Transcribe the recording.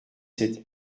sept